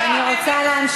מה אתה רוצה?